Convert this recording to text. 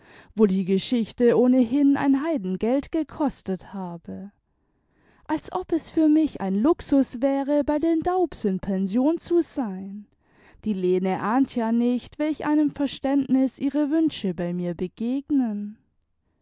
wo die geschichte ohnehin ein heidengeld gekostet habe als ob es für mich ein luxus wäre bei den daubs in pension zu seini die lene ahnt ja nicht welch einem verständnis ihre wünsche bei mir begegnen